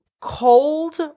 cold